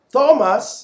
Thomas